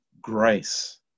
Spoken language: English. grace